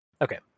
okay